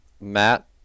Matt